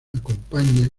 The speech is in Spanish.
acompaña